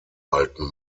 halten